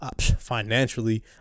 financially